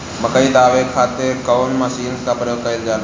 मकई दावे खातीर कउन मसीन के प्रयोग कईल जाला?